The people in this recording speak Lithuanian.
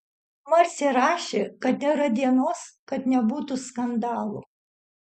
marcė rašė kad nėra dienos kad nebūtų skandalų